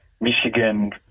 Michigan